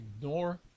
ignore